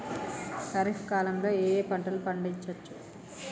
ఖరీఫ్ కాలంలో ఏ ఏ పంటలు పండించచ్చు?